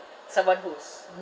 someone who's